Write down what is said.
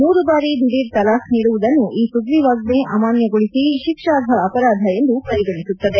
ಮೂರು ಬಾರಿ ದಿಡೀರ್ ತಲಾಖ್ ನೀಡುವುದನ್ನು ಈ ಸುಗ್ರಿವಾಜ್ವೆ ಅಮಾನ್ನಗೊಳಿಸಿ ಶಿಕ್ಷರ್ಹಾ ಅಪರಾಧ ಎಂದು ಪರಿಗಣಿಸುತ್ತದೆ